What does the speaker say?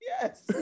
Yes